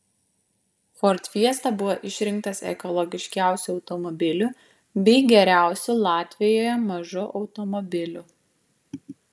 ford fiesta buvo išrinktas ekologiškiausiu automobiliu bei geriausiu latvijoje mažu automobiliu